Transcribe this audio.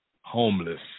Homeless